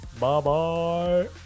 Bye-bye